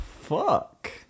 fuck